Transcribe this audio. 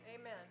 Amen